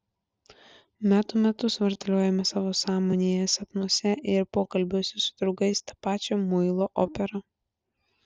metų metus vartaliojame savo sąmonėje sapnuose ir pokalbiuose su draugais tą pačią muilo operą